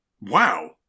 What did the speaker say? Wow